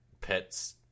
pets